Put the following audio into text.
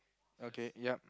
okay yup